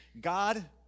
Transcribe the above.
God